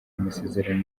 amasezerano